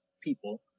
people